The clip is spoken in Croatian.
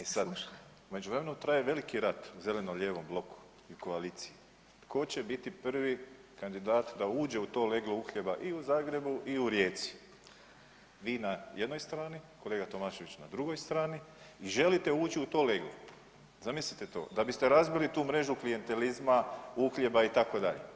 I sad u međuvremenu traje veliki rat u zeleno-lijevom bloku i koaliciji, tko će biti prvi kandidat da uđe u to leglo uhljeba i u Zagrebu i u Rijeci, vi na jednoj strani, kolega Tomašević na drugoj strani i želite ući u to leglo, zamislite to, da biste razbili tu mrežu klijentelizma, uhljeba itd.